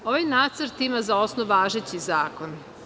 Ovaj nacrt za osnov ima važeći zakon.